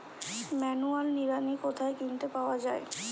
Manual নিড়ানি কোথায় কিনতে পাওয়া যায়?